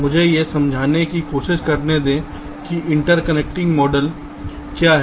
मुझे यह समझाने की कोशिश करने दे कि इंटरकनेक्टिंग मॉडल क्या है